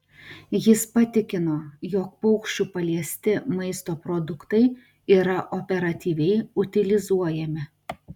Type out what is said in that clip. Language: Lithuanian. jis patikino jog paukščių paliesti maisto produktai yra operatyviai utilizuojami